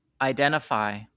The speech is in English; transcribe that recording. identify